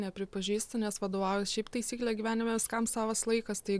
nepripažįstu nes vadovaujuos šiaip taisykle gyvenime viskam savas laikas tai